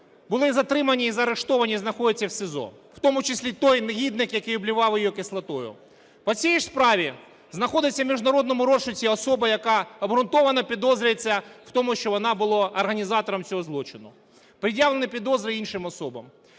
були затримані і заарештовані, і знаходяться в СІЗО, в тому числі той негідник, який обливав її кислотою. По цій же справі знаходиться в міжнародному розшуку особа, яка обґрунтовано підозрюється в тому, що вона була організатором цього злочину. Пред'явлені підозри іншим особам.